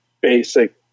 basic